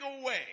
away